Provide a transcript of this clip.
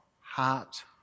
heart